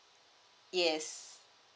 yes